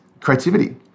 creativity